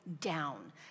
down